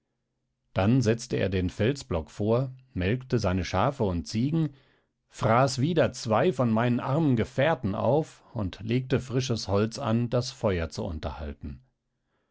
dann setzte er den felsblock vor melkte seine schafe und ziegen fraß wieder zwei von meinen armen gefährten auf und legte frisches holz an das feuer zu unterhalten